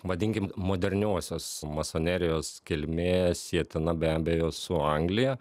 vadinkim moderniosios masonerijos kilmė sietina be abejo su anglija